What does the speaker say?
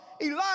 Elijah